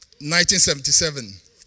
1977